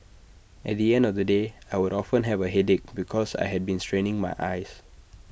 at the end of the day I would often have A headache because I had been straining my eyes